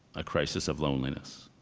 a crisis of loneliness,